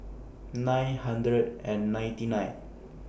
nine hundred and ninety nine